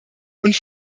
und